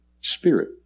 Spirit